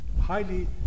highly